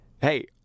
Hey